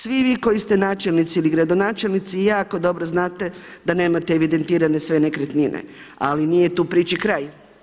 Svi vi koji ste načelnici ili gradonačelnici jako dobro znate da nemate evidentirane sve nekretnine, ali nije tu priči kraj.